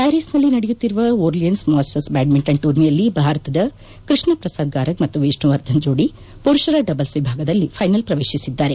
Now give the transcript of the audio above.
ಪ್ಯಾರಿಸ್ನಲ್ಲಿ ನಡೆಯುತ್ತಿರುವ Orleans masters badminton ಟೂರ್ನಿಯಲ್ಲಿ ಭಾರತದ ಕೃಷ್ಣ ಪ್ರಸಾದ್ ಗಾರಗ್ ಮತ್ತು ವಿಷ್ಣುವರ್ಧನ್ ಜೋದಿ ಪುರುಷರ ಡಬಲ್ಪ್ ವಿಭಾಗದಲ್ಲಿ ಫ್ವೆನಲ್ ಪ್ರವೇಶಿಸಿದ್ದಾರೆ